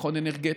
ביטחון אנרגטי.